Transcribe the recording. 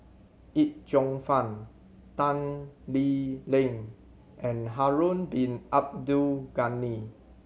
Yip Cheong Fun Tan Lee Leng and Harun Bin Abdul Ghani